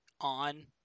on